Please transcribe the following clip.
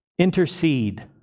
Intercede